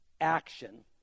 action